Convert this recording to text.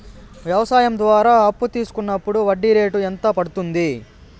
వ్యవసాయం ద్వారా అప్పు తీసుకున్నప్పుడు వడ్డీ రేటు ఎంత పడ్తుంది